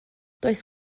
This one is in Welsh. does